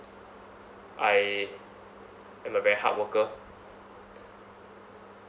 I am a very hard worker